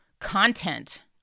content